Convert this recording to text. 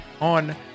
on